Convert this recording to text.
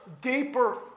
deeper